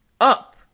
up